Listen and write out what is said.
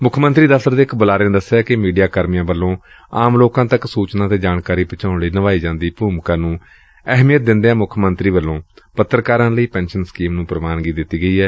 ਮੁੱਖ ਮੰਤਰੀ ਦਫਤਰ ਦੇ ਇਕ ਬੁਲਾਰੇ ਨੇ ਦੱਸਿਆ ਕਿ ਮੀਡੀਆ ਕਰਮੀਆਂ ਵੱਲੂੱ ਆਮ ਲੋਕਾਂ ਤੱਕ ਸੁਚਨਾ ਤੇ ਜਾਣਕਾਰੀ ਪਹੁੰਚਾਉਣ ਲਈ ਨਿਭਾਈ ਜਾਂਦੀ ਭੁਮਿਕਾ ਨੂੰ ਅਹਿਮੀਅਤ ਦਿੰਦਿਆਂ ਮੁੱਖ ਮੰਤਰੀ ਵੱਲੋ ਪੱਤਰਕਾਰਾਂ ਲਈ ਪੈਨਸ਼ਨ ਸਕੀਮ ਨੂੰ ਪ੍ਰਵਾਨਗੀ ਦਿੱਤੀ ਗਈ ਏ